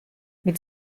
mit